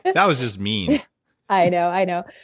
but that was just mean i know, i know.